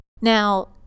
Now